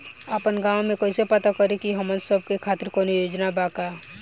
आपन गाँव म कइसे पता करि की हमन सब के खातिर कौनो योजना बा का?